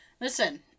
listen